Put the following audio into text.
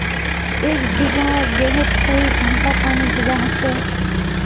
एक बिगहा गेँहूत कई घंटा पानी दुबा होचए?